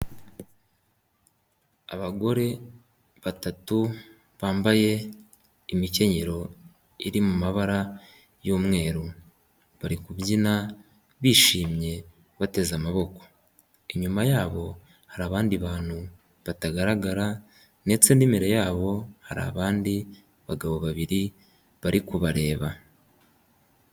Abagore batatu bambaye imikenyero iri mu mabara y'umweru bari kubyina bishimye bateze amaboko inyuma yabo hari abandi bantu batagaragara ndetse n'imbere yabo hari abandi bagabo babiri bari kubareba.